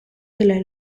delle